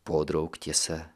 podraug tiesa